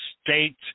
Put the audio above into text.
State